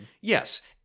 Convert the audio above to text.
Yes